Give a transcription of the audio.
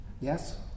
Yes